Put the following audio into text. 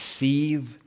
receive